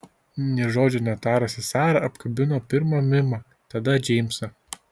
nė žodžio netarusi sara apkabino pirma mimą tada džeimsą